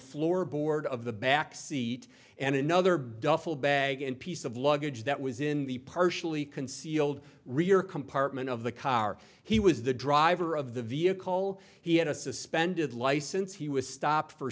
floorboard of the back seat and another belt full bag and piece of luggage that was in the partially concealed rear compartment of the car he was the driver of the vehicle he had a suspended license he was stopped for